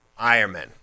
Ironman